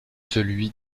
celui